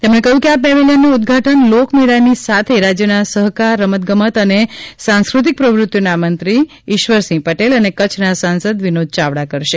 તેમણે કહ્યું કે આ પેવેલીયનનું ઉદઘાટન લોકમેળાની સાથે રાજયના સહકાર રમતગમત અને સાંસ્કૃતિક પ્રવૃતિઓના મંત્રી ઇશ્વરસિંહ પટેલ અને કચ્છના સંસદ વિનોદ યાવડા કરશે